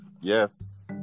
Yes